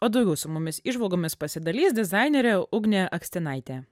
o daugiau su mumis įžvalgomis pasidalys dizainerė ugnė akstinaitė